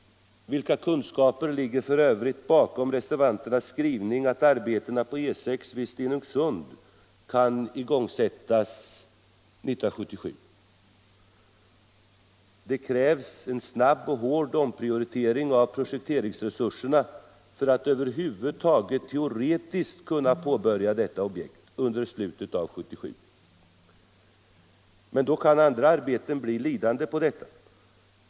Vilka kunskaper ligger f.ö. bakom reservanternas skrivning att arbetena på E 6 vid Stenungsund kan igångsättas 1977? Det krävs en snabb och hård omprioritering av projekteringsresurserna för att man över huvud taget teoretiskt skall kunna påbörja detta objekt under slutet av 1977, och då kan andra arbeten bli lidande på detta.